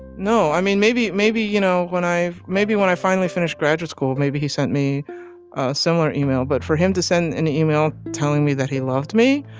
no. i mean, maybe maybe, you know, when i maybe when i finally finished graduate school, maybe he sent me a similar email. but for him to send an email telling me that he loved me,